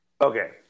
Okay